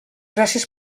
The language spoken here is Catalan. gràcies